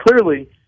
clearly